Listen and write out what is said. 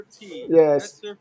yes